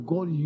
God